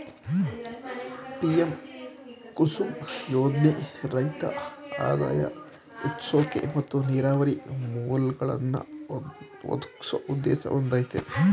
PM Kusum ಯೋಜ್ನೆ ರೈತ್ರ ಆದಾಯ ಹೆಚ್ಸೋಕೆ ಮತ್ತು ನೀರಾವರಿ ಮೂಲ್ಗಳನ್ನಾ ಒದಗ್ಸೋ ಉದ್ದೇಶ ಹೊಂದಯ್ತೆ